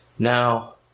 Now